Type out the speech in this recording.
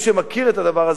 אדוני היושב-ראש,